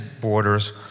borders